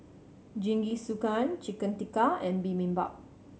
Jingisukan Chicken Tikka and Bibimbap